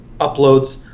uploads